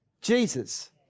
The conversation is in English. Jesus